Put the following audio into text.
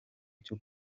cyo